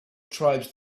tribes